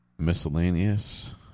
miscellaneous